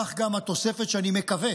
כך גם התוספת שאני מקווה